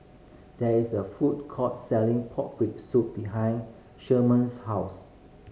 there is a food court selling pork rib soup behind Sherman's house